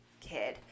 kid